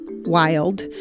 wild